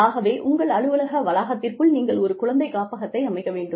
ஆகவே உங்கள் அலுவலக வளாகத்திற்குள் நீங்கள் ஒரு குழந்தை காப்பகத்தை அமைக்க வேண்டும்